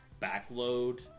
backload